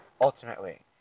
ultimately